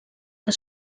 que